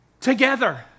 together